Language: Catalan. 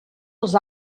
els